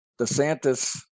DeSantis